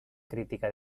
crítica